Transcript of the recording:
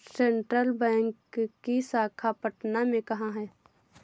Central bank की शाखा पटना में कहाँ है?